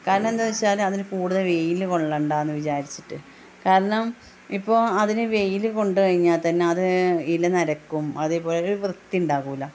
കാരണം എന്താണെന്ന് വെച്ചാൽ അതിന് കൂടുതൽ വെയിൽ കൊള്ളേണ്ട എന്ന് വിചാരിച്ചിട്ട് കാരണം ഇപ്പോൾ അതിന് വെയിൽ കൊണ്ട് കഴിഞ്ഞാൽത്തന്നെ അത് ഇല നരയ്ക്കും അതേപോലെ ഒരു വൃത്തി ഉണ്ടാവില്ല